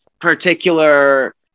particular